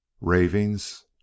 Ravings